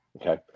okay